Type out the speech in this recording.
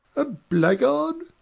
a blackguard!